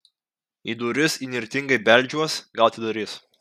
į duris įnirtingai beldžiuos gal atidarys